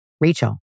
Rachel